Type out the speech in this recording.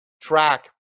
track